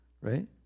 right